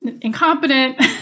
incompetent